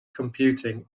computing